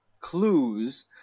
clues